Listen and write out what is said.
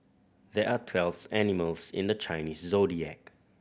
there are twelve animals in the Chinese Zodiac